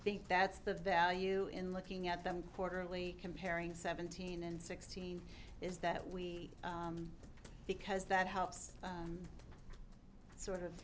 think that's the value in looking at them quarterly comparing seventeen and sixteen is that we because that helps sort of